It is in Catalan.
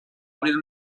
obrir